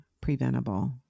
preventable